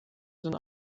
zijn